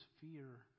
fear